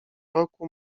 roku